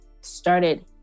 started